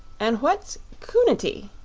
and what's c'u'nity?